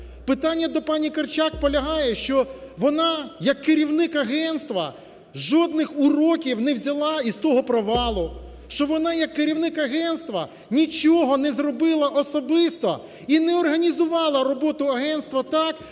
Питання до пані Корчак полягає, що вона як керівник агентства жодних уроків не взяла із того провалу, що вона як керівник агентства нічого не зробила особисто і не організувала роботу агентства так,